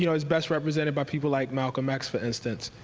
you know is best represented by people like malcolm x for instance,